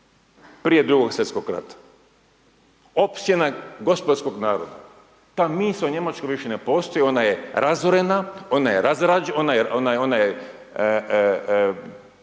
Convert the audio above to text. prije Drugog svjetskog rata, opsjena gospodskog naroda, ta misao u Njemačkoj više ne postoji, ona je razorena, ona je destituirana, i ona će